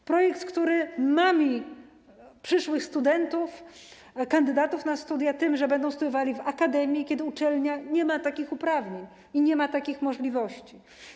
To projekt, który mami przyszłych studentów, kandydatów na studia tym, że będą studiowali na akademii, kiedy uczelnia nie ma takich uprawnień ani nie ma takich możliwości.